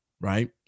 right